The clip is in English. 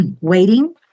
waiting